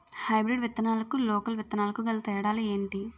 Hybrid విత్తనాలకు local విత్తనాలకు గల తేడాలు ఏంటి?